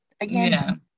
again